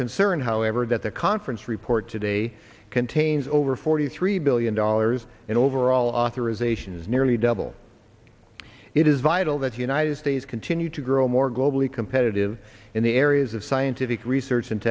concerned however that the conference report today contains over forty three billion dollars in overall authorizations nearly double it is vital that the united states continue to grow more globally competitive in the areas of scientific research and